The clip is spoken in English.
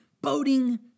boating